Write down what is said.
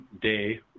day